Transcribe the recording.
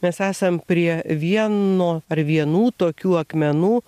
mes esam prie vieno ar vienų tokių akmenų